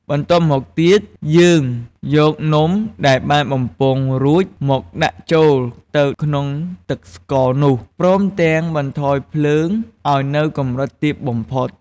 បន្ទាប់មកទៀត យើងយកនំដែលបានបំពងរួចមកដាក់ចូលទៅក្នុងទឹកស្ករនោះ ព្រមទាំងបន្ថយភ្លើងឱ្យនៅកម្រិតទាបបំផុត។